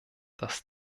dass